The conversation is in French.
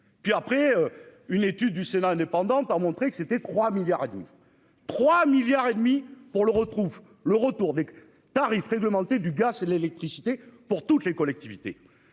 puis après une étude du Sénat indépendant par montrer que c'était 3 milliards a dit. 3 milliards et demi pour le retrouve le retour des tarifs réglementés du gaz et l'électricité pour toutes les collectivités.